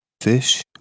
fish